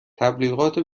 تبلیغات